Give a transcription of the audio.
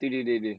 对对对对